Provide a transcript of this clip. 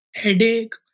headache